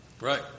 right